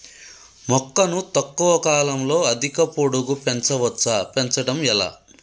మొక్కను తక్కువ కాలంలో అధిక పొడుగు పెంచవచ్చా పెంచడం ఎలా?